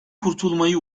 kurtulmayı